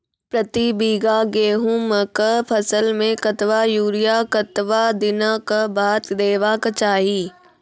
प्रति बीघा गेहूँमक फसल मे कतबा यूरिया कतवा दिनऽक बाद देवाक चाही?